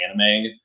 anime